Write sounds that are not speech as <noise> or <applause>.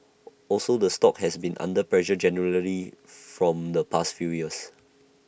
<noise> also the stock has been under pressure generally from the past few years